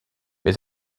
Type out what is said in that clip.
wir